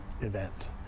event